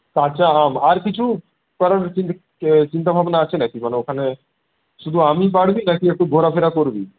কাঁচা আম আর কিছু কারোর কিছু চিন্তাভাবনা আছে নাকি মানে ওখানে শুধু আমই পাড়বি নাকি একটু ঘোরাফেরা করবি